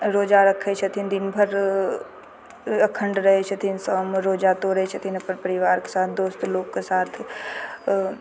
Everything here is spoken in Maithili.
रोजा रक्खै छथिन दिनभरि अखण्ड रहै छथिन शाममे रोजा तोड़ै छथिन अपन परिवारके साथ दोस्त लोगके साथ